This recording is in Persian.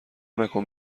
نکن